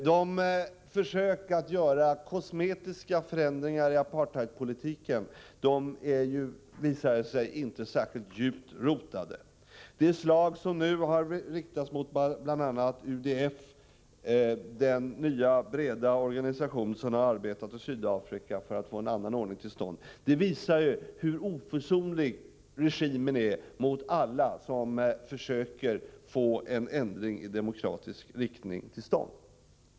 De försök som har gjorts att göra kosmetiska förändringar av apartheidpolitiken är inte särskilt djupt rotade. Det slag som nu har riktats mot bl.a. UDF — den nya breda organisation som har arbetat i Sydafrika för att få en annan ordning till stånd — visar hur oförsonlig regimen är mot alla som försöker åstadkomma en ändring i demokratisk riktning.